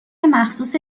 مخصوص